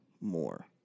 more